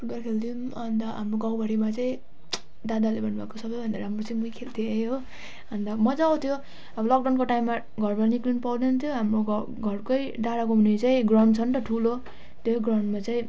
football खेल्थ्यौँ अनि त हाम्रो गाउँभरिमा चाहिँ दादाले भन्नुभएको सबैभन्दा राम्रो तिमी नै खेल्थ्यौ रे हो अनि त मजा आउँथ्यो अब लकडाउनको टाइममा घरबाट निक्लिनु पाउँदैन्थ्यो हाम्रो घ घरकै डाँडाको मुनि चाहिँ ग्राउन्ड छ नि त ठुलो त्यही ग्राउन्डमा चाहिँ